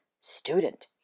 student